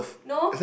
no